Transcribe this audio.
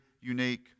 unique